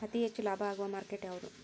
ಅತಿ ಹೆಚ್ಚು ಲಾಭ ಆಗುವ ಮಾರ್ಕೆಟ್ ಯಾವುದು?